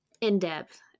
in-depth